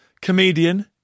comedian